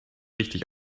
richtig